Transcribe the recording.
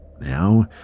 Now